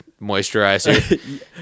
moisturizer